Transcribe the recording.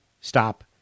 stop